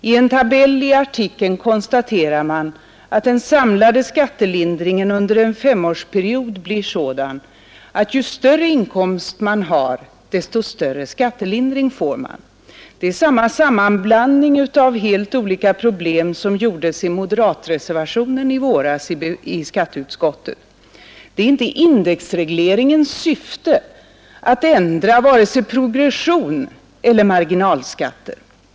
I en tabell i artikeln konstaterar man att den samlade skattelindringen under en femårsperiod blir sådan att ju större inkomst man har desto större skattelindring får man. Det är samma sammanblandning av helt olika problem som gjordes i moderatreservationen i skatteutskottet i våras. Det är inte indexregleringens syfte att ändra vare sig progression eller marginalskatter.